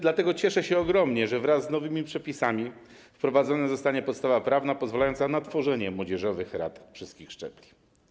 Dlatego cieszę się ogromnie, że wraz z nowymi przepisami wprowadzona zostanie podstawa prawna pozwalająca na tworzenie młodzieżowych rad wszystkich szczebli.